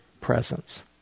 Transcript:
presence